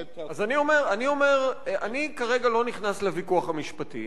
אני כרגע לא נכנס לוויכוח המשפטי.